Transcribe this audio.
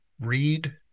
read